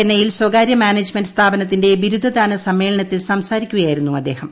ചെന്നൈയിൽ സ്വകാര്യ മാനേജ്മെന്റ് സ്ഥാപനത്തിന്റെ ബിരുദദാന സമ്മേളനത്തിൽ സംസാരിക്കുകയായിരുന്നു അദ്ദേഹം